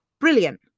brilliant